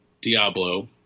Diablo